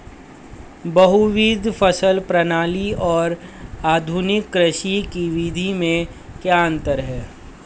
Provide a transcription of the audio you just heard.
बहुविध फसल प्रणाली और आधुनिक कृषि की विधि में क्या अंतर है?